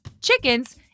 Chickens